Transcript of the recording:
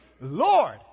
Lord